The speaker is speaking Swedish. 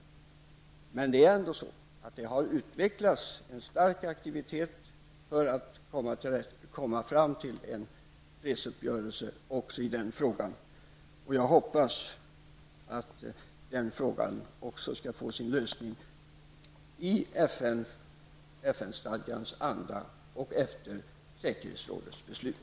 Men det har ändå utvecklats en stark aktivitet för att komma fram till en fredsuppgörelse också i den frågan. Jag hoppas att den också skall få sin lösning i FN-stadgans anda och efter säkerhetsrådets beslut.